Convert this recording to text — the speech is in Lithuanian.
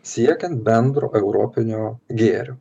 siekiant bendro europinio gėrio